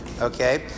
okay